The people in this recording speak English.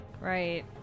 Right